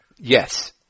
Yes